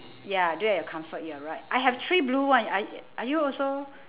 ya do at your comfort you're right I have three blue one are y~ are you also